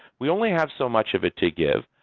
we only have so much of it to give,